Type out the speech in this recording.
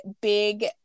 big